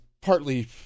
partly